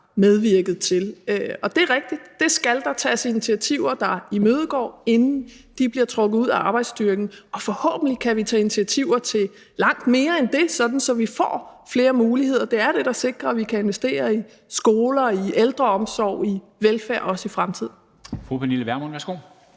medvirket til. Og det er rigtigt, at der skal tages initiativer, der imødegår det, inden de bliver trukket ud af arbejdsstyrken, og forhåbentlig kan vi tage initiativer til langt mere end det, sådan at vi får flere muligheder. Det er det, der sikrer, at vi kan investere i velfærd, i skoler og i ældreomsorg, også i fremtiden. Kl. 14:28 Formanden